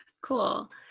cool